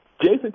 Jason